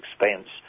expense